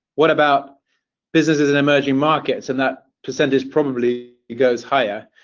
what about businesses in emerging markets? and that percent is probably, it goes higher.